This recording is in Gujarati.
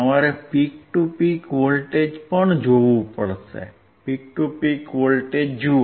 તમારે પીક ટુ પીક વોલ્ટેજ જોવું પડશે પીક ટુ પીક વોલ્ટેજ જુઓ